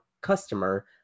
customer